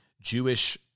Jewish